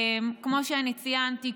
כמו שאני ציינתי,